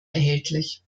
erhältlich